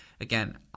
again